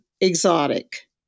exotic